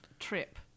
trip